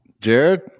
Jared